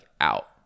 out